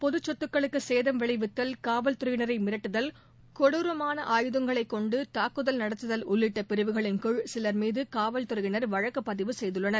பொதுத்சொத்துக்களுக்குசேதம் விளைவித்தல் காவல்துறையினரைமிரட்டுதல் கொரோமான ஆயுதங்களைக் கொண்டுதாக்குதல் நடத்துதல் உள்ளிட்டபிரிவுகளின் கீழ் சிலர் மீதுகாவல்துறையினர் வழக்குப்பதிவு செய்துள்ளனர்